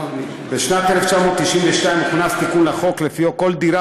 בשנת 1992 הוכנס תיקון לחוק שלפיו כל דירה